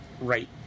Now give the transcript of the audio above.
right